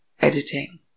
editing